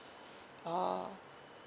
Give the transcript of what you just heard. oh